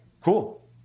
cool